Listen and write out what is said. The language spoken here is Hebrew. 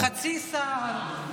חצי שר,